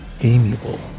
amiable